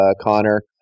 Connor